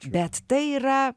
bet tai yra